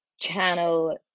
channel